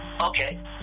Okay